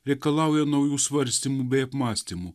reikalauja naujų svarstymų bei apmąstymų